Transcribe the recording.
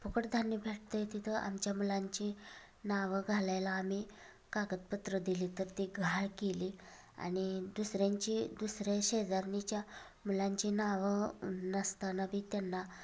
फुकट धान्य भेटतंय तिथं आमच्या मुलांची नावं घालायला आम्ही कागदपत्रं दिली तर ते गहाळ केली आणि दुसऱ्यांची दुसऱ्या शेजारणीच्या मुलांची नावं नसताना बी त्यांना